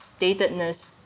datedness